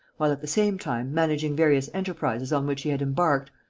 while, at the same time, managing various enterprises on which he had embarked,